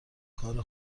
کار